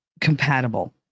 compatible